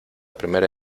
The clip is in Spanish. primera